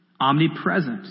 omnipresent